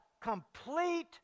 complete